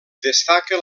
destaca